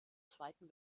zweiten